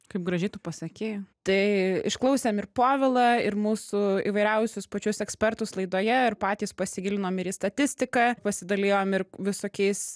kaip gražiai tu pasiekei tai išklausėm ir povilą ir mūsų įvairiausius pačius ekspertus laidoje ir patys pasigilinom ir į statistiką pasidalijom ir visokiais